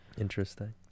interesting